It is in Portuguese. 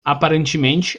aparentemente